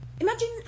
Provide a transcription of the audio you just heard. Imagine